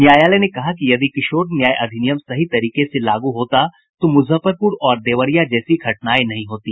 न्यायालय ने कहा कि यदि किशोर न्याय अधिनियम सही तरीके से लागू होता तो मुजफ्फरपुर और देवरिया जैसी घटनाएं नहीं होती